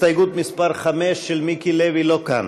הסתייגות מס' 5, של מיקי לוי, לא כאן,